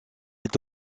est